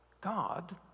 God